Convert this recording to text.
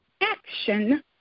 action